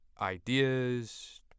ideas